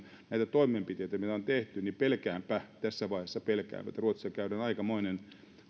toimenpiteitä mitä on tehty niin pelkäänpä tässä vaiheessa pelkään että ruotsissa käydään aikamoinen